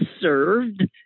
served